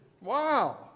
Wow